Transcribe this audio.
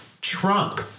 Trump